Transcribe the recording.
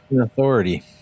authority